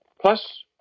plus